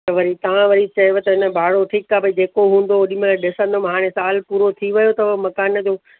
त वरी तव्हां वरी चयव त अन भाड़ो ठीकु आहे भई जेको हूंदो ओॾी महिल ॾिसंदमि हाणे साल पूरो थी वियो अथव मकान जो